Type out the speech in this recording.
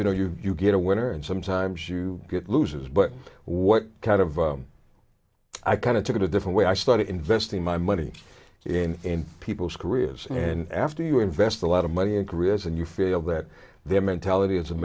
you know you get a winner and sometimes you get losers but what kind of i kind of took it a different way i started investing my money in people's careers and after you invest a lot of money in careers and you feel that their mentality is a